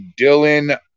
Dylan